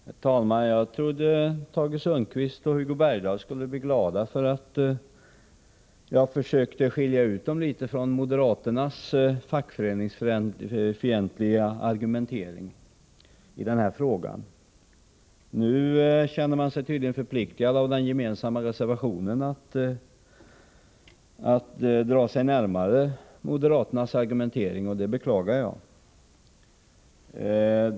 Herr talman! Jag trodde att Tage Sundkvist och Hugo Bergdahl skulle bli glada för att jag försökte skilja ut dem litet från moderaternas fackföreningsfientliga argumentering i den här frågan. Nu känner man sig tydligen på grund av den gemensamma reservationen förpliktigad att dra sig närmare moderaternas argumentering, och det beklagar jag.